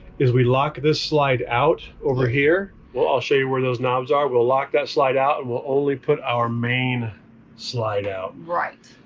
is we lock this slide out over here. i'll show you where those knobs are. we'll lock that slide out and we'll only put our main slide out. right.